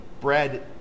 bread